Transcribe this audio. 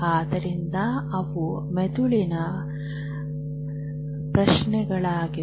ಆದ್ದರಿಂದ ಅವು ಮೆದುಳಿನ ಪ್ರಶ್ನೆಗಳಾಗಿವೆ